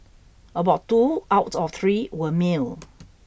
about two out of three were male